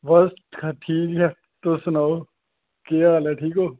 बस ठीक तुस सनाओ केह् हाल ऐ ठीक ऐ